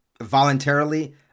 voluntarily